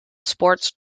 sports